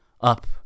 Up